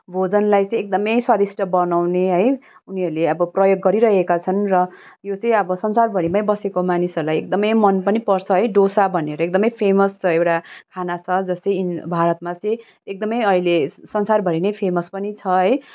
भोजनलाई चाहिँ एकदमै स्वादिष्ट बनाउने है उनीहरूले अब प्रयोग गरिरहेका छन् त यो चाहिँ अब संसारभरि नै बसेको मानिसहरूलाई एकदमै मन पनि पर्छ है डोसा भनेर एकदमै फेमस छ एउटा खाना छ जस्तै भारतमा चाहिँ एकदमै अहिले संसारभरि नै फेमस पनि छ है